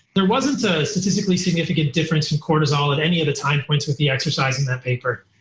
there wasn't a statistically significant difference in cortisol at any of the time points with the exercise in that paper.